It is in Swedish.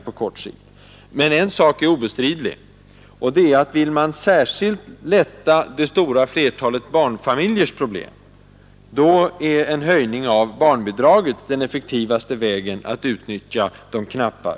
Men en sak är obestridlig, nämligen att den effektivaste vägen att utnyttja de knappa resurserna, om man särskilt vill minska det stora flertalet barnfamiljers problem, är en höjning av barnbidraget.